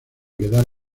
quedar